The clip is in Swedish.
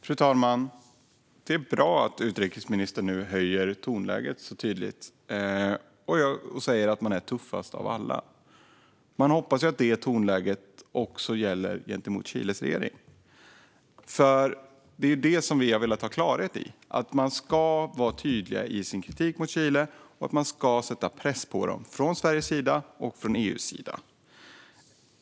Fru talman! Det är bra att utrikesministern tydligt höjer tonläget och säger att man är tuffast av alla. Jag hoppas att detta tonläge även gäller gentemot Chiles regering. Vi har velat ha klarhet i att man ska vara tydliga i sin kritik mot Chile och att Sverige och EU ska sätta press på Chile.